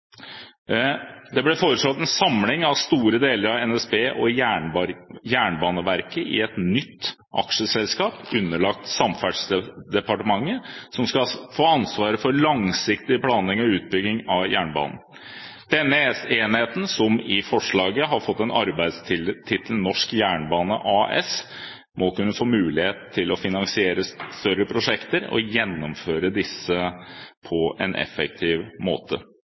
Jernbaneverket i et nytt aksjeselskap, underlagt Samferdselsdepartementet, som skal få ansvaret for langsiktig planlegging og utbygging av jernbanen. Denne enheten, som i forslaget har fått arbeidstittelen «Norsk Jernbane AS», må kunne få mulighet til å finansiere større prosjekter og gjennomføre disse på en effektiv måte.